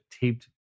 taped